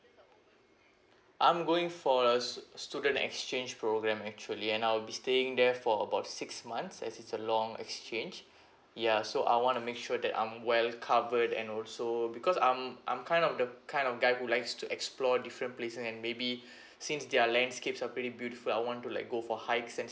I'm going for a stu~ student exchange program actually and I'll be staying there for about six months as it's a long exchange ya so I wanna make sure that I'm well covered and also because um I'm kind of the kind of guy who likes to explore different places and maybe since their landscapes are pretty beautiful I want to like go for hikes and